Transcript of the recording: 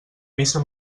missa